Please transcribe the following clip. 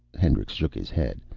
hendricks shook his head.